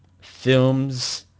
films